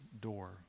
door